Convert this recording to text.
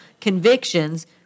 convictions